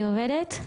היא עובדת?